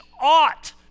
ought